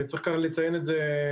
וצריך לציין את זה,